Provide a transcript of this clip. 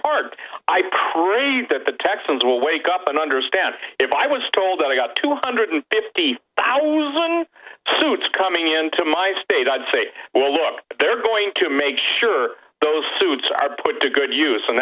heart i pray that the texans will wake up and understand if i was told that i got two hundred fifty thousand suits coming into my state i'd say well look they're going to make sure those suits are put to good use and